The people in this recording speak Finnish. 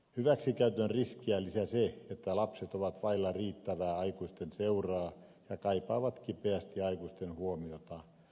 hyväksikäytön riskiä lisää se että lapset ovat vailla riittävää aikuisten seuraa ja kaipaavat kipeästi aikuisten huomiota